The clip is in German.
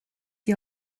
die